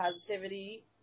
Positivity